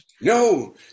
No